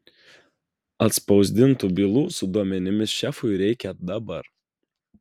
atspausdintų bylų su duomenimis šefui reikia dabar